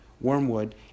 Wormwood